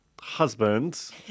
husbands